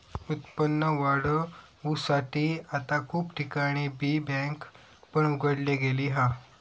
उत्पन्न वाढवुसाठी आता खूप ठिकाणी बी बँक पण उघडली गेली हा